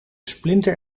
splinter